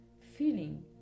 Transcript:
feeling